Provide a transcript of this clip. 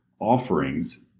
offerings